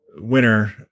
winner